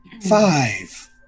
Five